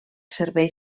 servei